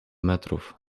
metrów